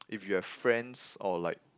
if you have friends or like